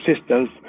systems